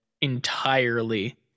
entirely